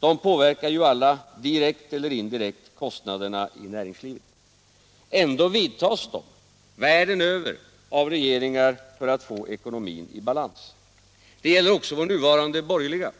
De påverkar ju alla, direkt eller indirekt, kostnaderna i näringslivet. Ändå vidtas världen över sådana åtgärder av regeringar för att få ekonomin i balans. Det gäller också vår nuvarande borgerliga.